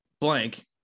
blank